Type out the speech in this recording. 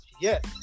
Yes